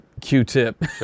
Q-Tip